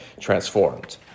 transformed